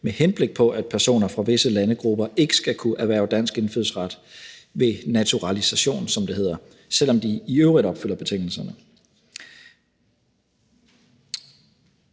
med henblik på at personer fra visse landegrupper ikke skal kunne erhverve dansk indfødsret ved naturalisation, som det hedder, selv om de i øvrigt opfylder betingelserne.